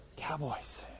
Cowboys